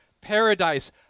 paradise